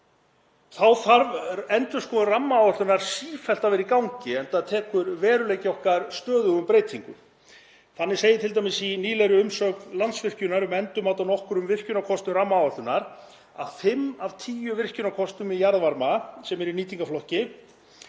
Þá þarf endurskoðun rammaáætlunar sífellt að vera í gangi, enda tekur veruleiki okkar stöðugum breytingum. Þannig segir t.d. í nýlegri umsögn Landsvirkjunar um endurmat á nokkrum virkjunarkostum rammaáætlunar að fimm af tíu virkjunarkostum í jarðvarma sem eru í nýtingarflokki